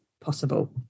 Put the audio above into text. possible